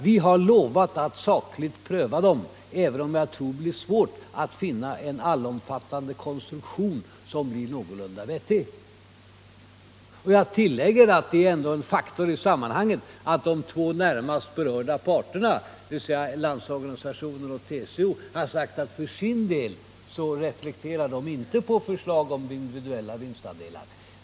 Vi har lovat att sakligt pröva sådana förslag, även om det nog blir svårt att finna en allomfattande konstruktion som kan vara någorlunda vettig. Jag tillägger att en faktor i sammanhanget är att de två närmast berörda parterna, dvs. Landsorganisationen och TCO, ändå har sagt att de för sin del inte reflekterar på förslag om individuella vinstandelar.